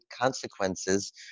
consequences